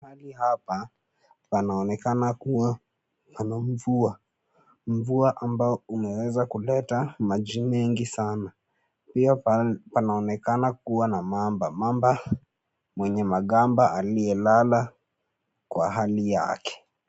Pahali hapa panaonekana kuwa pana mvua. Mvua ambao umeweza kuleta maji mengi sana, pia panaonekana kuwa na mamba, mamba mwenye magamba aliyelala kwa hali yake.